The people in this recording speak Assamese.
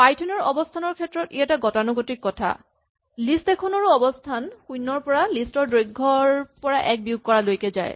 পাইথন ৰ অৱস্হানৰ ক্ষেত্ৰত ই এটা গতানুগতিক কথা লিষ্ট এখনৰো অৱস্হান শূণ্যৰ পৰা লিষ্ট ৰ দৈৰ্ঘৰ পৰা এক বিয়োগ কৰালৈকে যায়